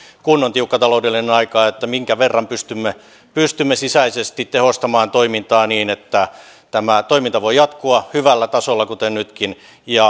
kun on tiukka taloudellinen aika että minkä verran pystymme pystymme sisäisesti tehostamaan toimintaa niin että tämä toiminta voi jatkua hyvällä tasolla kuten nytkin